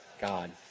God